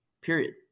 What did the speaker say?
period